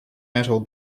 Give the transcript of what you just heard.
metal